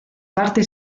parte